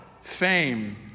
fame